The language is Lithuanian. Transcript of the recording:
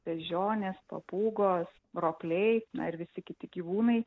beždžionės papūgos ropliai na ir visi kiti gyvūnai